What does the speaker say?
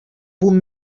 punt